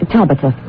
Tabitha